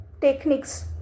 techniques